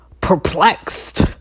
perplexed